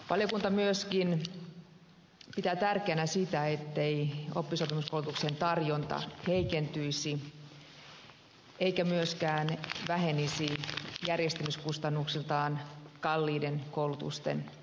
valiokunta myöskin pitää tärkeänä sitä ettei oppisopimuskoulutuksen tarjonta heikentyisi ja ettei myöskään järjestämiskustannuksiltaan kalliiden koulutusten osuus vähenisi